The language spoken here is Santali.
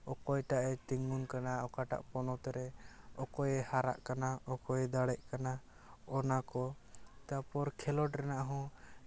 ᱚᱠᱚᱭᱴᱟᱜ ᱮ ᱛᱤᱜᱩᱱ ᱠᱟᱱᱟ ᱚᱠᱟᱴᱟᱜ ᱯᱚᱱᱚᱛ ᱨᱮ ᱚᱠᱚᱭᱮ ᱦᱟᱴᱟᱜ ᱠᱟᱱᱟ ᱚᱠᱚᱭᱮ ᱫᱟᱲᱮᱜ ᱠᱟᱱᱟ ᱚᱱᱟ ᱠᱚ ᱛᱟᱨᱯᱚᱨ ᱠᱷᱮᱞᱳᱰ ᱨᱮᱱᱟᱜ ᱦᱚᱸ